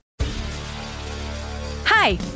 Hi